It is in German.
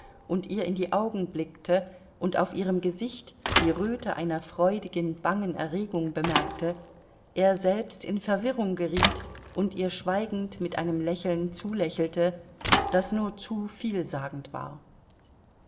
und ihr in die augen blickte und auf ihrem gesicht die röte einer freudigen bangen erregung bemerkte er selbst in verwirrung geriet und ihr schweigend mit einem lächeln zulächelte das nur zu vielsagend war